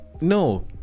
no